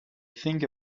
think